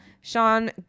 Sean